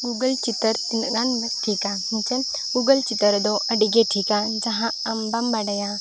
ᱪᱤᱛᱟᱹᱨ ᱛᱤᱱᱟᱹᱜ ᱜᱟᱱ ᱴᱷᱤᱠᱟ ᱪᱤᱛᱟᱹᱨ ᱨᱮᱫᱚ ᱟᱹᱰᱤᱜᱮ ᱴᱷᱤᱠᱟ ᱡᱟᱦᱟᱸ ᱟᱢ ᱵᱟᱢ ᱵᱟᱰᱟᱭᱟ